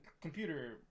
computer